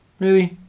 really?